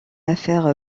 affaire